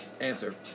Answer